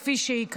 זה הכי חשוב.